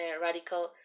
radical